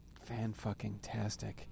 Fan-fucking-tastic